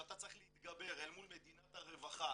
שאתה צריך להתגבר אל מול מדינת הרווחה